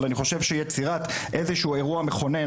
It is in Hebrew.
אבל אני חושב שיצירת איזה שהוא אירוע מכונן,